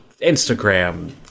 instagram